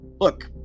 look